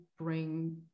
bring